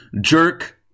jerk